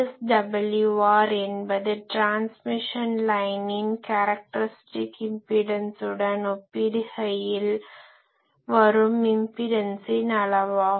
VSWR என்பது transmission லைனின் characteristic இம்பிடன்ஸுடன் ஒப்பிடுகையில் வரும் இம்பிடன்ஸின் அளவாகும்